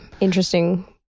interesting